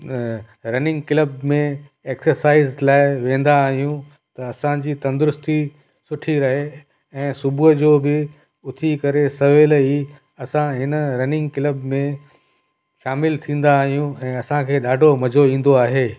running club में exercise लाइ वेंदा आहियूं त असांजी तंदुरुस्ती सुठी रहे ऐं सुबुह जो बि उथी करे सवेल ई असां हिन रनिंग क्लब में शामिलु थींदा आहियूं ऐं असांखे ॾाढो मज़ो ईंदो आहे